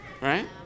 Right